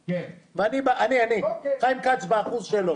ואני, חיים כץ, ב-1%.